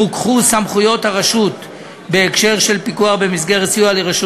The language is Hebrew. רוככו סמכויות הרשות בהקשר של פיקוח במסגרת סיוע לרשות